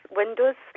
windows